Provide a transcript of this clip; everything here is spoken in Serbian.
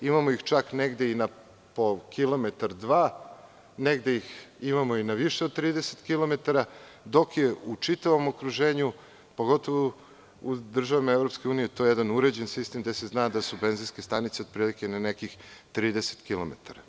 Imamo ih čak negde i na kilometar, dva, negde ih imamo i na više od 30 kilometara, dok je u čitavom okruženju, pogotovo u državama EU, to jedan uređen sistem, gde se zna da su benzinske stanice otprilike na 30 kilometara.